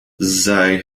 zij